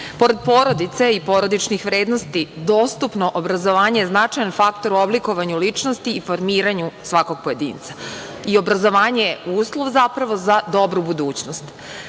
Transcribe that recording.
Pored porodice i porodičnih vrednosti, dostupno obrazovanje je značajan faktor u oblikovanju ličnosti i formiranju svakog pojedinca. Obrazovanje je uslov, zapravo, za dobru budućnost. Savremene